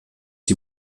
die